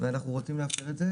ואנחנו רוצים לאפשר את זה.